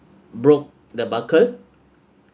broke the barker